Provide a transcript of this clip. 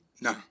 No